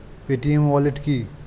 Paytm wallet কি?